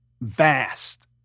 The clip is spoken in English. vast